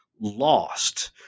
lost